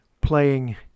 playing